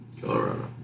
Colorado